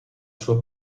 sua